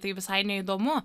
tai visai neįdomu